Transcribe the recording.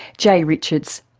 jay richards,